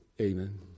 Amen